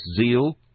zeal